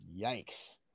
Yikes